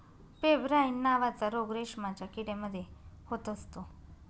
pebrine नावाचा रोग रेशमाच्या किडे मध्ये होत असतो